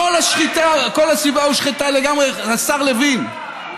כל הסביבה הושחתה לגמרי, השר לוין.